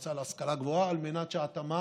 והמועצה להשכלה גבוהה, על מנת שההתאמה